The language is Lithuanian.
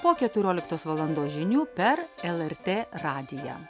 po keturioliktos valandos žinių per lrt radiją